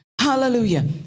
Hallelujah